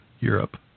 Europe